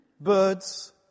birds